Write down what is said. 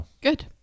Good